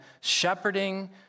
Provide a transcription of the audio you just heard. shepherding